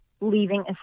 leaving